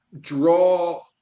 draw